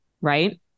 Right